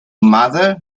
mother